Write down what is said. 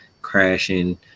crashing